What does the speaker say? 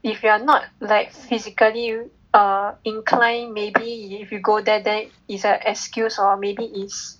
if you are not like physically err inclined maybe if you go there then is an excuse or maybe is